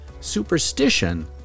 superstition